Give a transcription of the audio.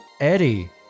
eddie